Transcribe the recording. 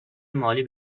مالی